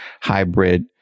hybrid